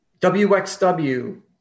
WXW